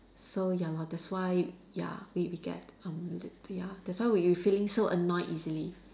so ya lor that's why ya we we get um l~ ya that's why we we feeling so annoyed easily